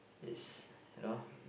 is you know